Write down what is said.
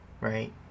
Right